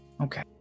Okay